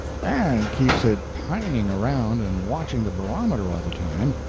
and keeps it pining around and watching the barometer all the time,